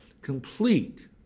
complete